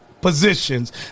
Positions